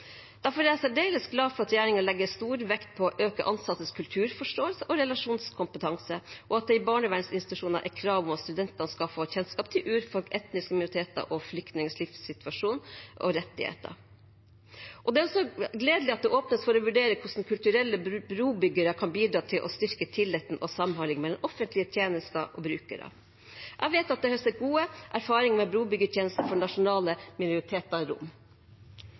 Derfor er jeg særdeles glad for at regjeringen legger stor vekt på å øke ansattes kulturforståelse og relasjonskompetanse, og at det i barnevernsutdanningen er krav om at studenter skal få kjennskap til urfolk, etniske minoriteter og flyktningers livssituasjon og rettigheter. Det er også gledelig at det åpnes for å vurdere hvordan kulturelle brobyggere kan bidra til å styrke tilliten og samhandlingen mellom offentlige tjenester og brukere. Jeg vet at det er høstet gode erfaringer med brobyggertjenester for den til nasjonale minoriteten rom. Det er flere ting i